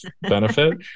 benefit